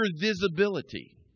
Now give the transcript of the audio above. visibility